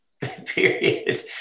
Period